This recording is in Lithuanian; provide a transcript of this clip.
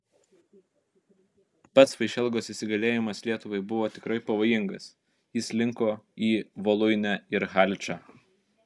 pats vaišelgos įsigalėjimas lietuvai buvo tikrai pavojingas jis linko į voluinę ir haličą